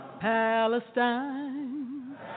Palestine